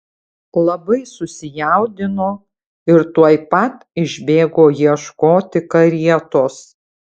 labai susijaudino ir tuoj pat išbėgo ieškoti karietos